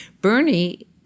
Bernie